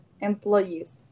employees